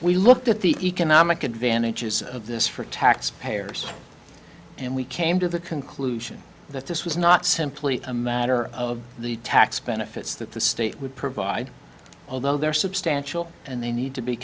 we looked at the economic advantages of this for tax payers and we came to the conclusion that this was not simply a matter of the tax benefits that the state would provide although there are substantial and they need to be